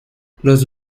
los